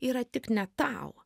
yra tik ne tau